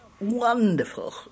Wonderful